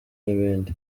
n’ibindi